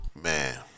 Man